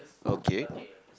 okay